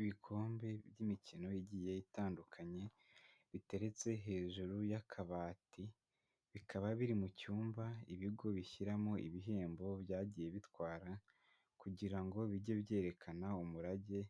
Ibikombe by'imikino igiye itandukanye biteretse hejuru y'akabati, bikaba biri mu cyumba ibigo bishyiramo ibihembo byagiye bitwara, kugira ngo bijye byerekana umurage